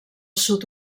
sud